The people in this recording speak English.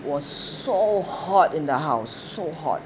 was so hot in the house so hot